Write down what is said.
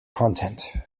content